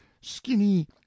skinny